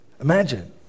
Imagine